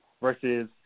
versus